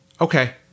Okay